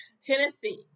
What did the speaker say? Tennessee